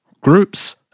groups